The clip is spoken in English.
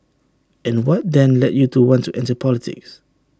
and what then led you to want to enter politics